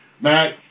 Matt